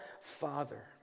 Father